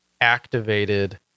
activated